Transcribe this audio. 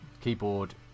keyboard